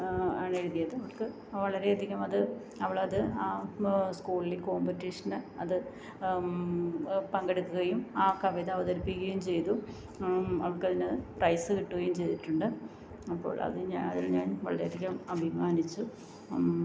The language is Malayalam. ആണെഴുതിയത് അവള്ക്ക് വളരെയധികം അത് അവളത് സ്കൂളില് കോംപറ്റിഷന് അത് പങ്കെടുക്കുകയും ആ കവിത അവതരിപ്പിക്കുകയും ചെയ്തു അവള്ക്കതിന് പ്രൈസ് കിട്ടുകയും ചെയ്തിട്ടുണ്ട് അപ്പോൾ അതില് ഞാൻ വളരെയധികം അഭിമാനിച്ചു